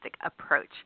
Approach